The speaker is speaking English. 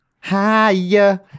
Higher